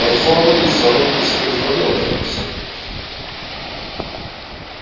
varžovai šarūnui skirs daugiau dėmesio